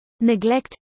neglect